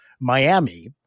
Miami